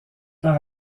par